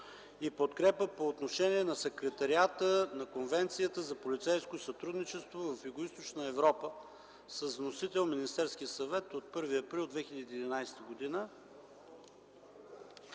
и подкрепа по отношение на Секретариата на Конвенцията за полицейско сътрудничество в Югоизточна Европа, внесен от Министерския съвет. От Министерството на